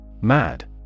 Mad